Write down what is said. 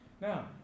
Now